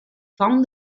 found